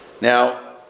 Now